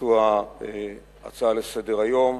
שהוזכר בהצעה לסדר-היום,